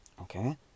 okay